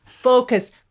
focus